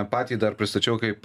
patį dar pristačiau kaip